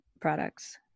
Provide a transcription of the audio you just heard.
products